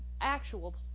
actual